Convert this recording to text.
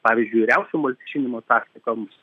pavyzdžiui riaušių malšinimo taktikoms